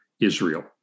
Israel